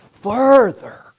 further